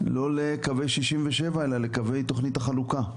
לא לקווי 1967 אלא לקווי תוכנית החלוקה.